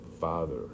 Father